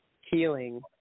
healing